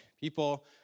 people